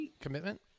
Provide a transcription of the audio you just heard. commitment